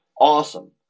Awesome